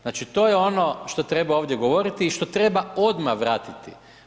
Znači to je ono što treba ovdje govoriti i što treba odmah vratiti.